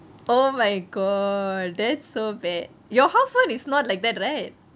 oh my god that's so bad your house one it's not like that right